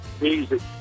music